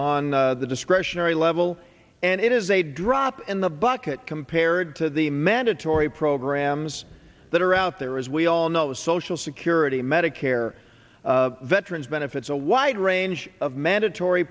on the discretionary level and it is a drop in the bucket compared to the mandatory programs that are out there as we all know the social security medicare veterans benefits a wide range of mandatory